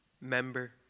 member